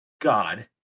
God